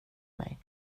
mig